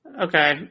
Okay